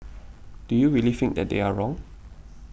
do you really think that they are wrong